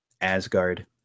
Asgard –